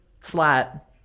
slat